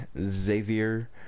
Xavier